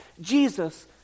Jesus